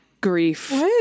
grief